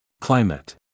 Climate